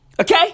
Okay